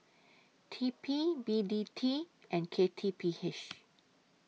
T P B T T and K T P H